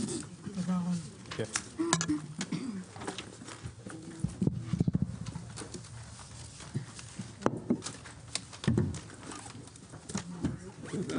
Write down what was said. הישיבה ננעלה בשעה 13:36.